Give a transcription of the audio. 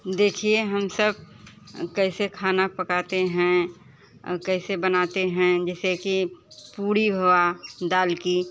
देखिए हम सब कैसे खाना पकाते हैं कैसे बनाते हैं जैसे कि पूड़ी भवा दाल की